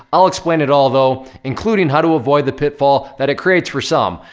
i'll explain it all, though, including how to avoid the pitfall that it creates for some.